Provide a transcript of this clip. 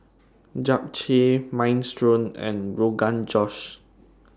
Japchae Minestrone and Rogan Josh